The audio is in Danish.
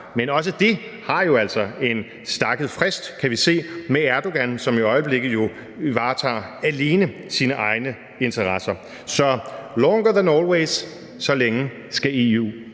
men også det har jo altså en stakket frist, kan vi se, med Erdogan, som jo i øjeblikket alene varetager sine egne interesser. Så longer than always – så længe skal EU